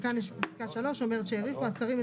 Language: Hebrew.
כשאנחנו מדברים,